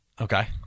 okay